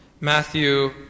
Matthew